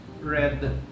red